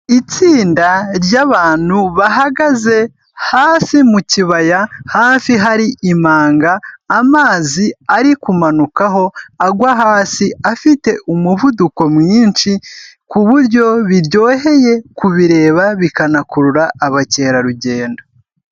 Itsinda ryabantu bahagaze hasi mu kibaya hafi hari imanga, amazi ari kumanukaho agwa hasi afite umuvuduko mwinshi ku buryo biryoheye kubireba bikanakurura abakerarugendo.